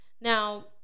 Now